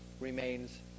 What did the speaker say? remains